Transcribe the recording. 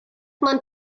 man